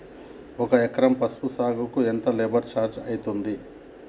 ఒక ఎకరం పసుపు సాగుకు ఎంత లేబర్ ఛార్జ్ అయితది?